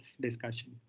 discussion